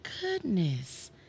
goodness